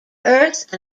earth